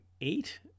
eight